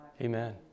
Amen